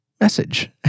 message